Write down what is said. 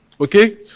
Okay